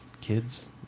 kids